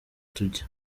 tujya